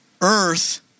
Earth